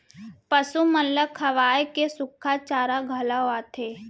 पसु मन ल खवाए के सुक्खा चारा घलौ आथे